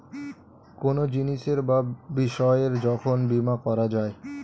কোনো জিনিসের বা বিষয়ের যখন বীমা করা যায়